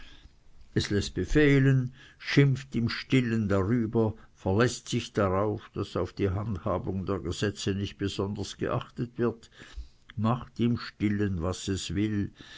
es läßt befehlen schimpft darüber verläßt sich darauf daß auf die handhabung der gesetze nicht besonders geachtet wird macht im stillen was es will